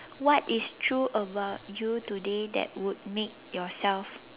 what is true about you today that would make yourself